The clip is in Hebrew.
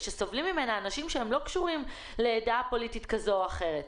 שסובלים ממנה אנשים שהם לא קשורים לדעה פוליטית כזו או אחרת.